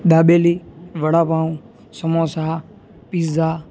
dabeli vada pav samosa pizza